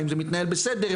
אם זה מתנהל בסדר,